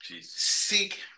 Seek